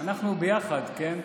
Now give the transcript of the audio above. אנחנו יחד, כן?